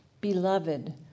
Beloved